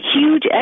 huge